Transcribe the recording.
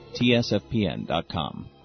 TSFPN.com